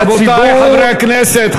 רבותי חברי הכנסת,